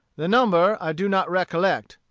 the number i do not recollect,